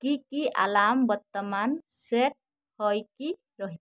କି କି ଆଲାର୍ମ ବର୍ତ୍ତମାନ ସେଟ୍ ହେଇକି ରହିଛି